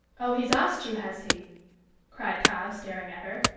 oh, he's asked you, has he cried cobb, staring at her.